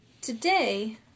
today